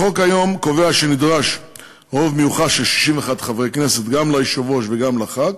החוק היום קובע שנדרש רוב מיוחס של 61 חברי כנסת גם ליושב-ראש וגם לח"כ,